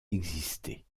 existé